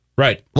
Right